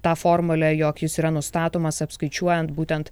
tą formulę jog jis yra nustatomas apskaičiuojant būtent